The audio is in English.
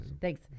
Thanks